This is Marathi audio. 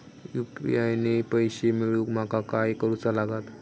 यू.पी.आय ने पैशे मिळवूक माका काय करूचा लागात?